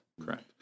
correct